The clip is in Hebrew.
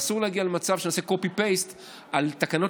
ואסור להגיע למצב שנעשה copy paste על תקנות